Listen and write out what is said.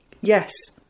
Yes